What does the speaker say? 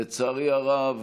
לצערי הרב,